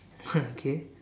okay